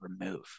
remove